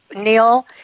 Neil